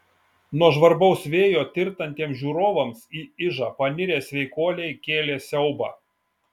nuo žvarbaus vėjo tirtantiems žiūrovams į ižą panirę sveikuoliai kėlė siaubą